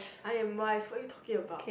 I'm wise what are you talking about